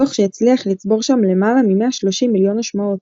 תוך שהצליח לצבור שם למעלה מ-130 מיליון השמעות.